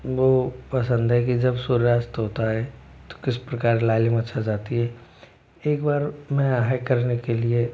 वह पसंद है कि जब सूर्यास्त होता है तो किस प्रकार लालिमा छा जाती है एक बार मैं हाइक करने के लिए